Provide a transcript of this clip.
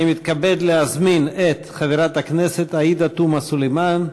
אני מתכבד להזמין את חברת הכנסת עאידה תומא סלימאן: